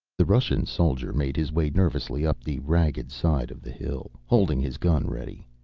the russian soldier made his way nervously up the ragged side of the hill, holding his gun ready.